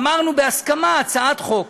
אמרנו: בהסכמה, הצעת חוק